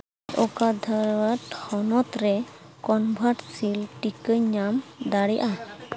ᱚᱠᱟ ᱫᱷᱟᱹᱫ ᱦᱚᱱᱚᱛ ᱨᱮ ᱠᱚᱱᱵᱷᱟᱨᱴ ᱥᱤᱞ ᱴᱤᱠᱟᱹᱧ ᱧᱟᱢ ᱫᱟᱲᱮᱭᱟᱜᱼᱟ